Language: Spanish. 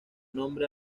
nombre